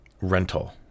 rental